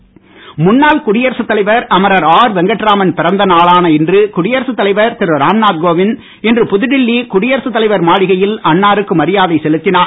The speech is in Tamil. வெங்கட்ராமன் முன்னாள் குடியரசு தலைவர் அமரர் ஆர் வெங்கட்ராமன் பிறந்த நாளான இன்று குடியரசு தலைவர் திரு ராம்நாத் கோவிந்த் இன்று புதுடெல்லி குடியரசு தலைவர் மாளிகையில் அன்னாருக்கு மரியாதை செலுத்தினார்